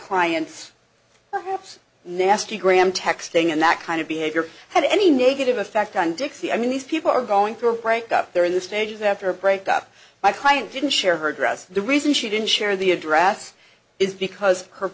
clients perhaps nasty gram texting and that kind of behavior had any negative effect on dixie i mean these people are going through a break up there in the stages after a break up my client didn't share her address the reason she didn't share the address is because her